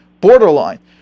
borderline